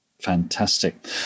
fantastic